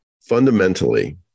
Fundamentally